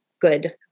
good